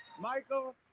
Michael